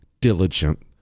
diligent